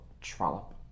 trollop